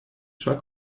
шаг